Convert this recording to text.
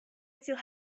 still